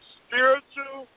spiritual